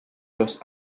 los